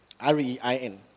R-E-I-N